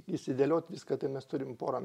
išsidėliot viską tai mes turim porą